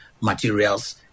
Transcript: materials